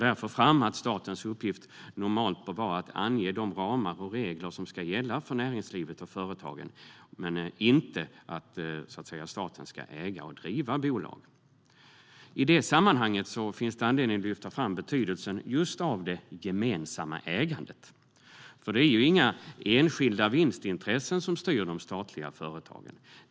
Man lyfter fram att statens uppgift normalt bör vara att ange de ramar och regler som ska gälla för näringslivet och företagen, inte att äga och driva bolag. I det sammanhanget finns det anledning att lyfta fram betydelsen av just gemensamt ägande. Det är inga enskilda vinstintressen som styr de statliga företagen.